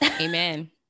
Amen